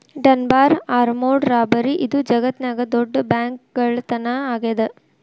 Dunbar armoured robbery ಇದು ಜಗತ್ನ್ಯಾಗ ದೊಡ್ಡ ಬ್ಯಾಂಕ್ಕಳ್ಳತನಾ ಆಗೇದ